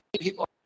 people